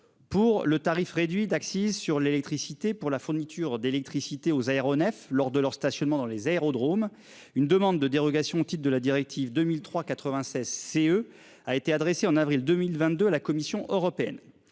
pour le tarif réduit d'accises sur l'électricité, pour la fourniture d'électricité aux aéronefs lors de leur stationnement dans les aérodromes. Une demande de dérogation de la directive 2003 96 CE a été adressée en avril 2022 à la Commission européenne.